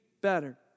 better